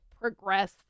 progress